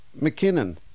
mckinnon